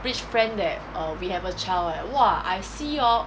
rich friend that err we have a child eh !wah! I see hor